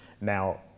Now